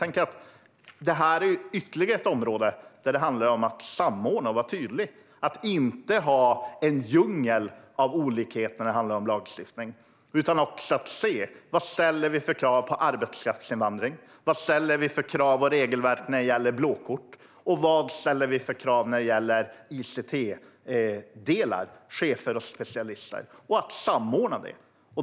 Detta är ytterligare ett område där det handlar om att samordna och vara tydlig. Det gäller att inte ha en djungel av olikheter i lagstiftning. Det handlar om att se: Vad ställer vi för krav på arbetskraftsinvandring? Vad ställer vi för krav och har för regelverk när det gäller EU-blåkort? Vad ställer vi för krav för ICT-delar för chefer och specialister? Det gäller att samordna det.